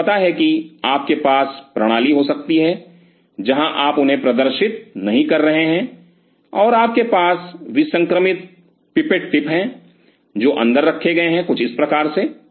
आपको पता है कि आपके पास प्रणाली हो सकती है जहां आप उन्हें प्रदर्शित नहीं कर रहे हैं और आपके पास विसंक्रमित पिपेट टिप हैं जो अंदर रखे गए हैं कुछ इस प्रकार से